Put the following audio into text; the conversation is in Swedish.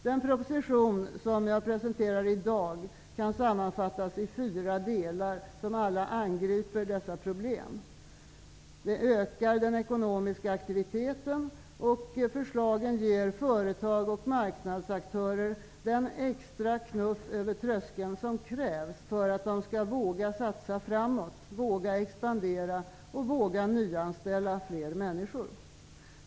Den proposition som jag presenterar i dag kan sammanfattas i fyra delar, som alla angriper dessa problem. Förslagen skall öka den ekonomiska aktiviteten och ge företag och marknadsaktörer den extra knuff över tröskeln som krävs för att de skall våga satsa framåt, våga expandera och våga nyanställa fler människor.